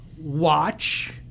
watch